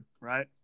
right